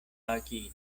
akiro